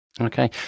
Okay